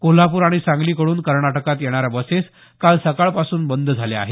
कोल्हापूर आणि सांगलीकडून कनोटकात येणाऱ्या बसेस काल सकाळपासून बंद झाल्या आहेत